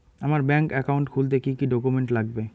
আমার bank account খুলতে কি কি ডকুমেন্ট লাগবে?